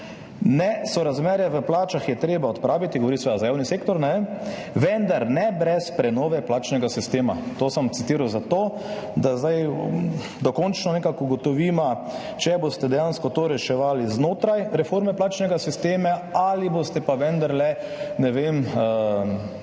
»Nesorazmerje v plačah je treba odpraviti,« govorim seveda za javni sektor, »vendar ne brez prenove plačnega sistema.« To sem citiral zato, da končno nekako ugotoviva, ali boste dejansko to reševali znotraj reforme plačnega sistema ali boste vendarle, ne vem, direktno